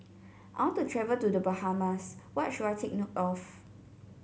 I want to travel to The Bahamas what should I take note of